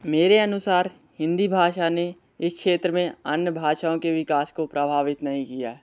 मेरे अनुसार हिंदी भाषा ने इस क्षेत्र में अन्य भाषाओं के विकास को प्रभावित नहीं किया